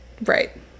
Right